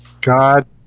God